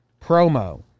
Promo